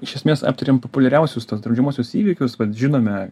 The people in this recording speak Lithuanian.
iš esmės aptarėm populiariausius tuos draudžiamuosius įvykius žinome